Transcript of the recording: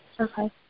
Okay